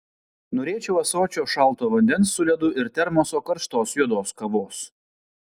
norėčiau ąsočio šalto vandens su ledu ir termoso karštos juodos kavos